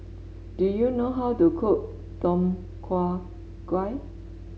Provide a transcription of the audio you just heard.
do you know how to cook Tom Kha Gai